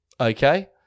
Okay